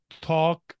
talk